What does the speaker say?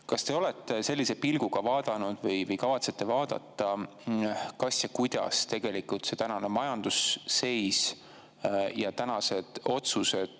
Kas te olete sellise pilguga vaadanud või kavatsete vaadata, kas või kuidas mõjutavad tänane majandusseis ja otsused,